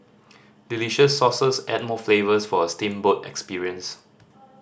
delicious sauces add more flavours for a steamboat experience